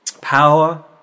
Power